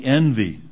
envy